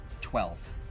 Twelve